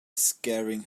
scaring